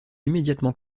immédiatement